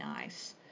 nice